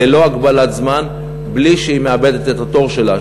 ללא הגבלת זמן ובלי שהיא מאבדת את התור שלה.